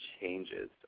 changes